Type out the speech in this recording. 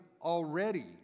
already